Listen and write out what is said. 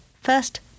First